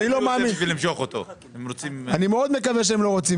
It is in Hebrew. אני מאוד מקווה שהם לא רוצים